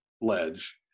ledge